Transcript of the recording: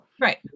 right